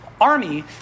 army